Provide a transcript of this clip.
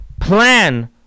plan